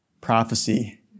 prophecy